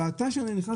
אבל אתה שנכנסת,